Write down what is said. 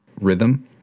rhythm